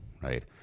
right